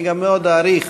אני גם מאוד אעריך